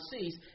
sees